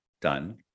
done